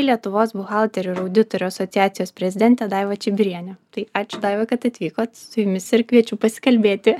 lietuvos buhalterių ir auditorių asociacijos prezidentė daiva čibirienė tai ačiū daiva kad atvykot su jumis ir kviečiu pasikalbėti